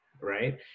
right